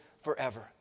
forever